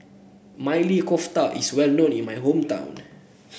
Maili Kofta is well known in my hometown